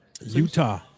Utah